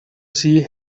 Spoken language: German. sie